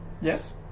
Yes